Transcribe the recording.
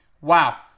Wow